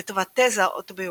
לטובת 'תזה' אוטוביוגרפית,